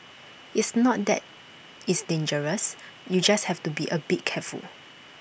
it's not that it's dangerous you just have to be A bit careful